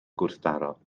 gwrthdaro